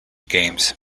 games